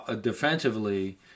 defensively